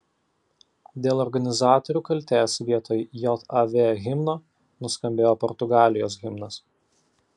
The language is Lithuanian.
dėl organizatorių kaltės vietoj jav himno nuskambėjo portugalijos himnas